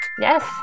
Yes